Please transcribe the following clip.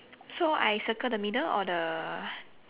so I circle the middle or the